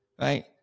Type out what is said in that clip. right